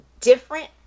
different